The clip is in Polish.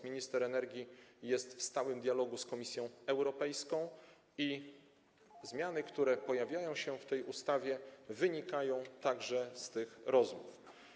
Minister energii jest w stałym dialogu z Komisją Europejską i zmiany, które pojawiają się w tej ustawie, wynikają także z tych rozmów.